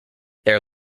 their